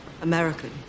american